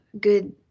good